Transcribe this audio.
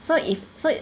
so if so